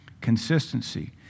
Consistency